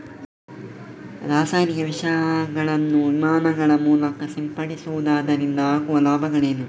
ರಾಸಾಯನಿಕ ವಿಷಗಳನ್ನು ವಿಮಾನಗಳ ಮೂಲಕ ಸಿಂಪಡಿಸುವುದರಿಂದ ಆಗುವ ಲಾಭವೇನು?